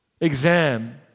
exam